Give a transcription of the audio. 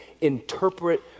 interpret